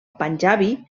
panjabi